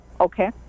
okay